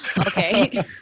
Okay